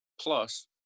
plus